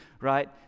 right